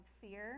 fear